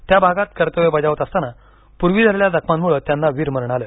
त्या भागात कर्तव्य बजावत असताना पुर्वी झालेल्या जखमांमुळे त्यांना वीरमरण आलं